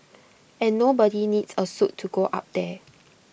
and nobody needs A suit to go up there